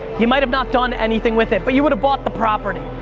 you might've not done anything with it, but you would've bought the property.